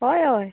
होय होय